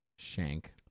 Shank